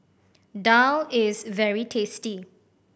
daal is very tasty